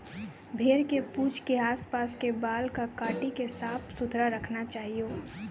भेड़ के पूंछ के आस पास के बाल कॅ काटी क साफ सुथरा रखना चाहियो